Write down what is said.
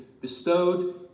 bestowed